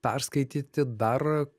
perskaityti dar